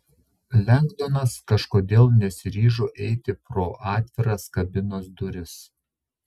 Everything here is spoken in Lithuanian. lengdonas kažkodėl nesiryžo eiti pro atviras kabinos duris